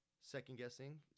second-guessing